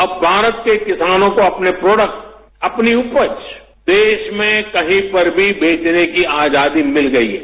अब भारत के किसानों को अपने प्रोडक्ट अपनी उपज देश में कहीं पर भी बेचने की आजादी मिल गई है